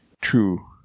true